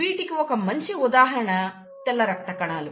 వీటికి ఒక మంచి ఉదాహరణ తెల్ల రక్త కణాలు